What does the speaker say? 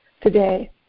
today